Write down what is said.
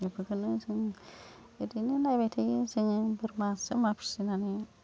बेफोरखौनो जों ओरैनो नायबाय थायो जोङो बोरमा फिसिनानै